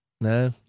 No